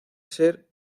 ser